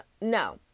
No